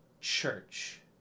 church